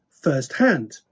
firsthand